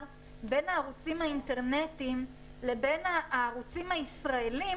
בין הערוצים האינטרנטיים לבין ערוצים הישראלים